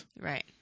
Right